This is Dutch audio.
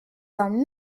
van